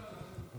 לא, לא.